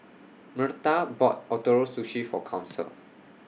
Myrta bought Ootoro Sushi For Council